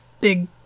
big